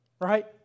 Right